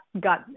got